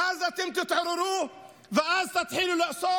ואז אתם תתעוררו ותתחילו לאסוף,